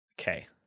okay